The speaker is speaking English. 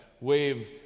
wave